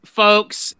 folks